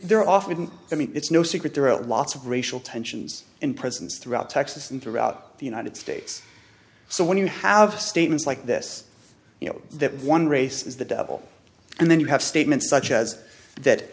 there are often i mean it's no secret there are lots of racial tensions in prisons throughout texas and throughout the united states so when you have statements like this you know that one race is the devil and then you have statements such as that